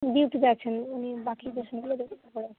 ডিউটিতে আছেন উনি বাকি পেশেন্টগুলো দেখে তারপরে আসবেন